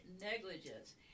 negligence